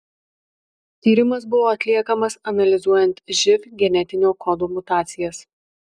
tyrimas buvo atliekamas analizuojant živ genetinio kodo mutacijas